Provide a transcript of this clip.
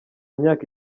myaka